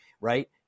right